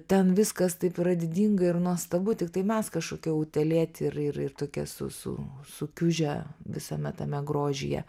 ten viskas taip yra didinga ir nuostabu tiktai mes kažkokie utėlėti ir ir ir tokie su su sukiužę visame tame grožyje